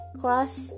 crush